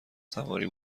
سواری